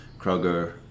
kroger